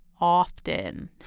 often